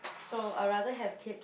so I rather have kids